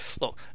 Look